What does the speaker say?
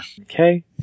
okay